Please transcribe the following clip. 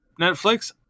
Netflix